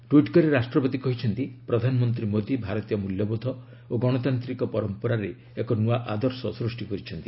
tweet କରି ରାଷ୍ଟ୍ରପତି କହିଛନ୍ତି ପ୍ରଧାନମନ୍ତ୍ରୀ ମୋଦୀ ଭାରତୀୟ ମ୍ବଲ୍ୟବୋଧ ଓ ଗଣତାନ୍ତିକ ପରମ୍ପରାରେ ଏକ ନୂଆ ଆଦର୍ଶ ସୃଷ୍ଟି କରିଛନ୍ତି